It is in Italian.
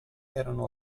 erano